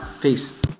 Peace